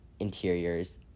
interiors